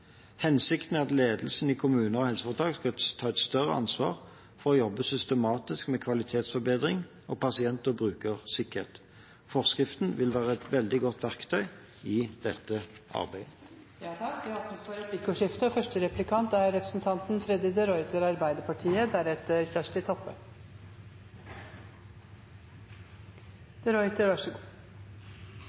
Hensikten er at ledelsen i kommuner og helseforetak skal ta et større ansvar for å jobbe systematisk med kvalitetsforbedring og pasient- og brukersikkerhet. Forskriften vil være et veldig godt verktøy i dette arbeidet. Det blir replikkordskifte. «Familier med omfattende bistandsbehov må sikres tilstrekkelig hjelp uavhengig av bostedskommune», står det. Det er